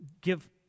give